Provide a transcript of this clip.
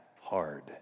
hard